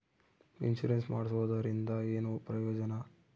Insurance ಮಾಡ್ಸೋದರಿಂದ ಏನು ಪ್ರಯೋಜನ?